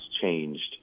changed